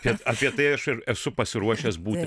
kad apie tai aš ir esu pasiruošęs būti